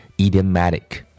idiomatic